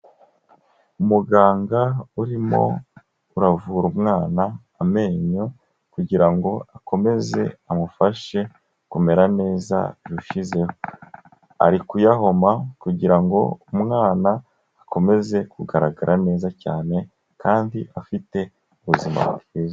Umuganga urimo uravura umwana amenyo kugira ngo akomeze amufashe kumera neza, birushizeho ari kuyahoma kugira ngo umwana akomeze kugaragara neza cyane kandi afite ubuzima bwiza.